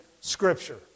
Scripture